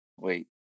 Wait